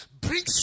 brings